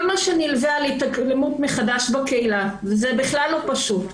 כל מה שנלווה להתאקלמות מחדש בקהילה וזה בכלל לא פשוט.